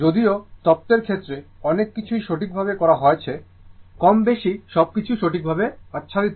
যদিও তত্ত্বের ক্ষেত্রে অনেক কিছুই সঠিকভাবে করা হয়েছে কমবেশি সবকিছু সঠিকভাবে আচ্ছাদিত